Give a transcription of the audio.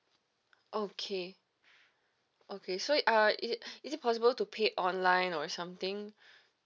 okay okay so it uh it is it possible to pay online or something